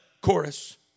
Chorus